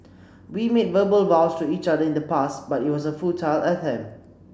we made verbal vows to each other in the past but it was a futile attempt